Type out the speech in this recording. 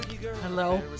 Hello